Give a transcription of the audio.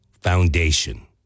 Foundation